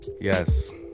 Yes